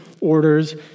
orders